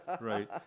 Right